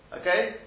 okay